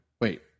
Wait